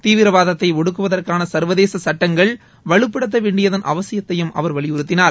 தீவிரவாதத்தை ஒடுக்குவதற்கான சா்வதேச சட்டங்கள் வலுப்படுத்த வேண்டியதன் அவசியத்தையும் அவா வலியுறுத்தினார்